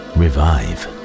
revive